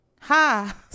ha